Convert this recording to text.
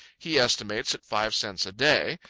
he estimates at five cents a day.